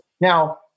Now